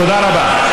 תודה רבה.